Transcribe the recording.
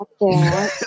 Okay